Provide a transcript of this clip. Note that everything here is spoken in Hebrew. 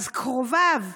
אז קרוביו,